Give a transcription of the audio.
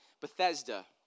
Bethesda